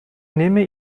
nehme